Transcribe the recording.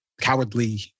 cowardly